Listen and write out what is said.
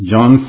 John